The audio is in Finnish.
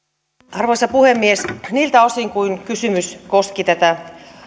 arvoisa puhemies niiltä osin kuin kysymys koski tätä